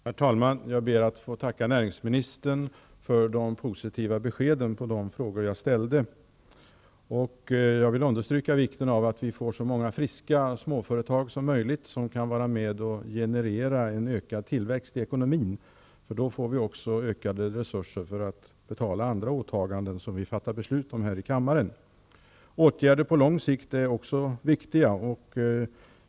Herr talman! Jag ber att få tacka näringsministern för de positiva svaren på de frågor jag ställt. Jag vill understryka vikten av att vi får så många friska småföretag som möjligt som kan vara med och generera en ökad tillväxt i ekonomin, för då får vi också ökade resurser till att betala andra åtaganden som vi fattar beslut om här i kammaren. Åtgärder på lång sikt är också viktiga.